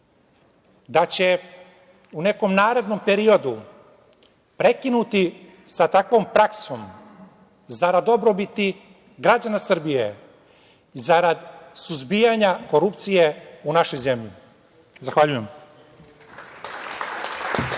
da će u nekom narednom periodu prekinuti sa takvom praksom zarad dobrobiti građana Srbije, zarad suzbijanja korupcije u našoj zemlji. Zahvaljujem.